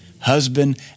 Husband